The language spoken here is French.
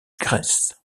grèce